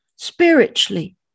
Spiritually